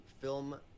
film